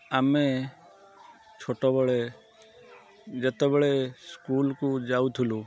ଆମେ ଛୋଟବେଳେ ଯେତେବେଳେ ସ୍କୁଲ୍ କୁ ଯାଉଥୁଲୁ